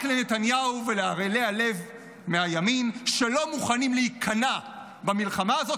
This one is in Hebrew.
רק לנתניהו ולערלי הלב מהימין שלא מוכנים להיכנע במלחמה הזו,